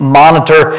monitor